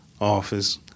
office